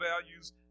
values